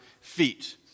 feet